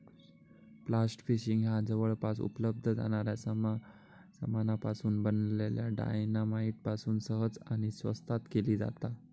blast fishing ह्या जवळपास उपलब्ध जाणाऱ्या सामानापासून बनलल्या डायना माईट पासून सहज आणि स्वस्तात केली जाता